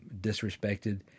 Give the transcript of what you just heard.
disrespected